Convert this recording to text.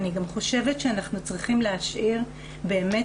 אני גם חושבת שאנחנו צריכים להשאיר באמת